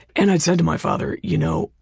and i said to my father, you know,